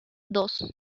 dos